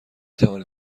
توانید